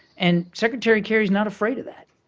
and secretary kerry's not afraid of that.